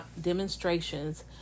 demonstrations